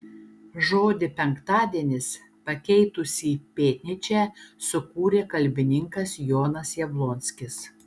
žodį penktadienis pakeitusį pėtnyčią sukūrė kalbininkas jonas jablonskis